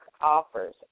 offers